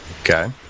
Okay